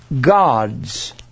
gods